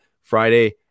Friday